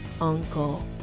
uncle